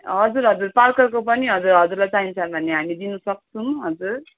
हजुर हजुर पार्करको पनि हजुर हजुरलाई चाहिन्छ भने हामी दिनु सक्छौँ हजुर